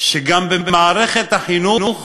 שגם במערכת החינוך